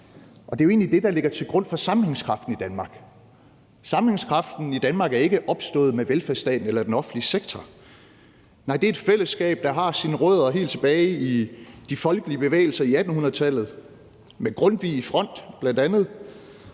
egentlig det, der ligger til grund for sammenhængskraften i Danmark. Sammenhængskraften i Danmark er ikke opstået med velfærdsstaten eller den offentlige sektor, nej, det er et fællesskab, der har sine rødder helt tilbage i de folkelige bevægelser i 1800-tallet med bl.a. Grundtvig i front, hvor vi